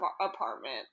apartment